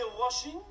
washing